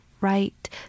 right